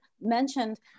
mentioned